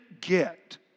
get